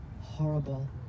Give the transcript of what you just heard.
horrible